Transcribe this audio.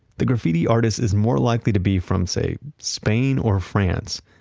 the graffiti artist is more likely to be from say, spain or france.